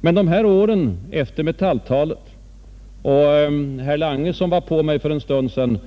— Men de här ären efter Metalltalet var inte bra för oss. Herr Lange, som var på mig för en stund sedan,